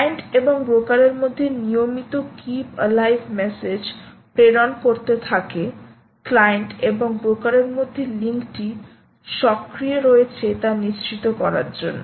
client এবং ব্রোকারের মধ্যে নিয়মিত কীপ এলাইভ মেসেজ প্রেরণ করতে থাকে ক্লায়েন্ট এবং ব্রোকারের মধ্যে লিঙ্কটি সক্রিয় রয়েছে তা নিশ্চিত করার জন্য